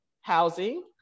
housing